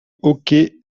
hockey